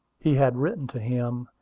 he had written to him,